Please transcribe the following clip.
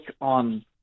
on